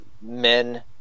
Men